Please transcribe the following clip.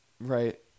Right